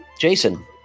Jason